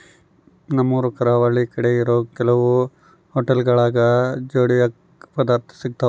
ನಮ್ಮೂರು ಕರಾವಳಿ ಕಡೆ ಇರೋ ಕೆಲವು ಹೊಟೆಲ್ಗುಳಾಗ ಜಿಯೋಡಕ್ ಪದಾರ್ಥ ಸಿಗ್ತಾವ